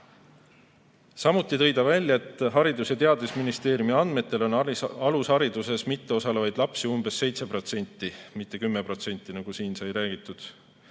Samuti tõi ta välja, et Haridus‑ ja Teadusministeeriumi andmetel on alushariduses mitteosalevaid lapsi umbes 7%, mitte 10%, nagu siin sai räägitud.